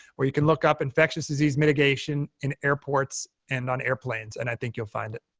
where you can look up infectious disease mitigation in airports and on airplanes, and i think you'll find it.